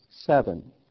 seven